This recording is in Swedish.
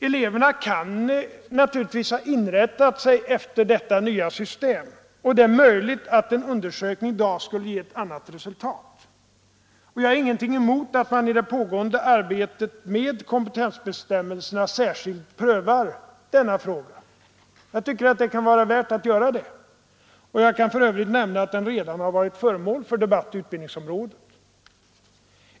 Eleverna kan naturligtvis ha inrättat sig efter detta nya system, och det är möjligt att en undersökning i dag skulle ge ett annat resultat. Jag har ingenting emot att man i det pågående arbetet med kompetensbestämmelserna särskilt prövar denna fråga. Jag tycker det kan vara värt att göra det, och jag kan för övrigt nämna att den redan har varit föremål för debatt i utbildningsdepartementet.